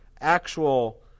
actual